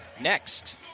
next